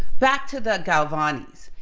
back to the galvani's.